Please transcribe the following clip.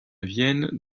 vienne